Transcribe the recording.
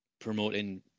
promoting –